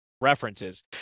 references